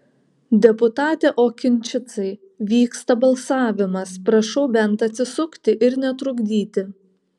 deputate okinčicai vyksta balsavimas prašau bent atsisukti ir netrukdyti